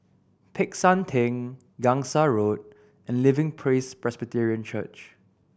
Peck San Theng Gangsa Road and Living Praise Presbyterian Church